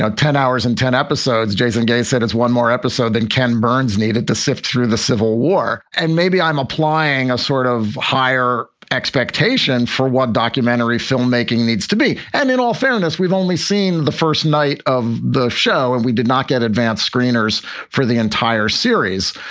ah ten hours and ten episodes. jason gaines said it's one more episode than ken burns needed to sift through the civil war. and maybe i'm applying a sort of higher expectation for what documentary filmmaking needs to be. and in all fairness, we've only seen the first night of the show and we did not get advance screeners for the entire series.